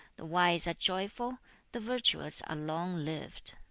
the wise are joyful the virtuous are long-lived